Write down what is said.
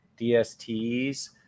dsts